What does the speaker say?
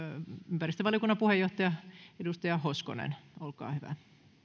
ympäristövaliokunnan puheenjohtaja edustaja hoskonen olkaa hyvä